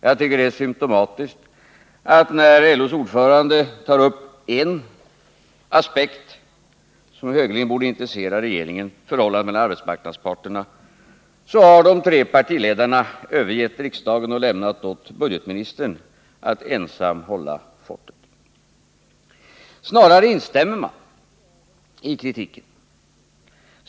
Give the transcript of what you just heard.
Jag tycker att det är symtomatiskt att när LO:s ordförande tar upp en aspekt som högeligen borde intressera regeringen, nämligen förhållandet mellan arbetsmarknadens parter, har de tre partiledarna i regeringen övergett riksdagen och lämnat åt budgetministern att ensam hålla fortet. Snarare instämmer man i kritiken.